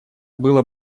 было